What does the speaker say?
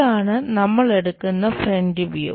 ഇതാണ് നമ്മൾ എടുക്കുന്ന ഫ്രന്റ് വ്യൂ